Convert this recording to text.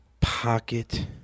pocket